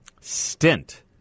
stint